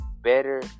better